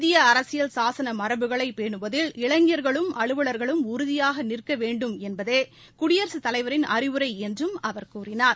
இந்தியஅரசியல் சாசனமரபுகளைப் பேனுவதில் இளைஞா்களும் அலுவலா்களும் உறுதியாகநிற்கவேண்டும் என்பதேகுடியரசுத் தலைவரின் அறிவுரைஎன்றும் அவர் கூறினார்